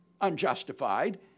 unjustified